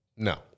No